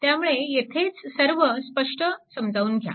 त्यामुळे येथेच सर्व स्पष्ट समजावून घ्या